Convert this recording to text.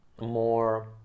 more